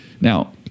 now